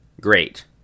Great